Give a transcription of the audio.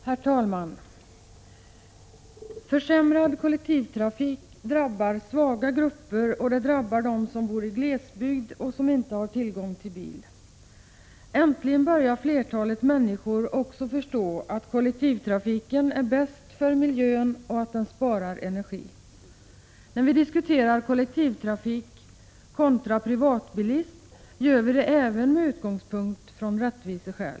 Herr talman! Försämrad kollektivtrafik drabbar svaga grupper och dem som bor i glesbygd och inte har tillgång till bil. Äntligen börjar flertalet människor också förstå att kollektivtrafiken är bäst för miljön och att den sparar energi. När vi diskuterar kollektivtrafik kontra privatbilism gör vi det även med utgångspunkt i rättviseskäl.